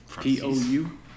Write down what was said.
P-O-U